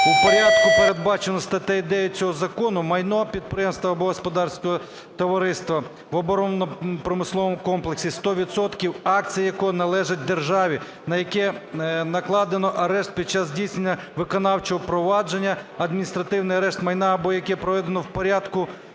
у порядку, передбаченому статтею 9 цього закону, майно підприємства або господарського товариства в оборонно-промисловому комплексі, 100 відсотків акції якого належать державі, на яке накладено арешт під час здійснення виконавчого провадження, адміністративний арешт майна або яке передано в порядку